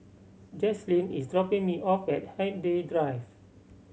Jaslyn is dropping me off at Hindhede Drive